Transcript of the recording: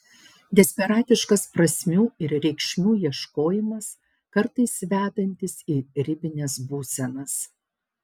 desperatiškas prasmių ir reikšmių ieškojimas kartais vedantis į ribines būsenas